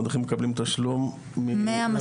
המדריכים מקבלים תשלום --- מהחברות.